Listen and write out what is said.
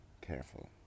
careful